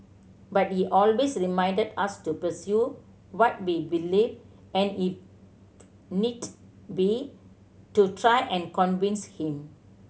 but he always reminded us to pursue what we believed and if need be to try and convince him